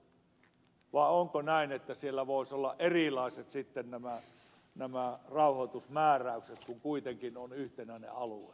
vai onko näin että siellä voisi olla erilaiset nämä rauhoitusmääräykset kun kuitenkin on yhtenäinen alue